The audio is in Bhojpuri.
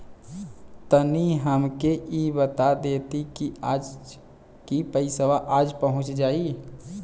तनि हमके इ बता देती की पइसवा आज पहुँच जाई?